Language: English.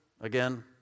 again